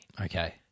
Okay